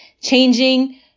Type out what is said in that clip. changing